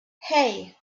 hey